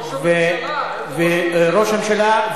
ראש הממשלה.